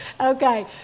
Okay